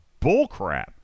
bullcrap